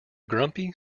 grumpy